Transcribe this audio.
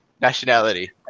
nationality